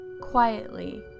quietly